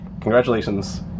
Congratulations